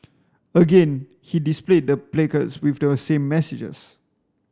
again he displayed the placards with the same messages